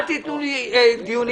אל תתנו לי דיונים